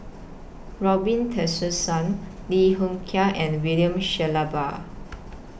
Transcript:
Robin Tessensohn Lim Hng Kiang and William Shellabear